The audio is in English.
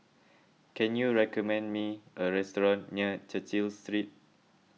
can you recommend me a restaurant near Cecil Street